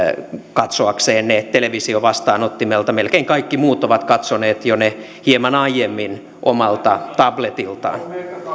katsoakseen ne televisiovastaanottimelta melkein kaikki muut ovat katsoneet jo ne hieman aiemmin omalta tabletiltaan